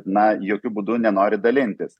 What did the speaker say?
na jokiu būdu nenori dalintis